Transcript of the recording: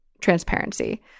transparency